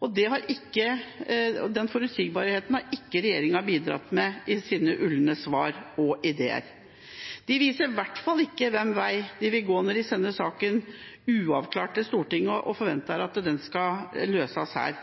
og den forutsigbarheten har ikke regjeringen bidratt til med sine ulne svar og ideer. De viser i hvert fall ikke hvilken vei de vil gå når de sender saken uavklart til Stortinget og forventer at den skal løses her.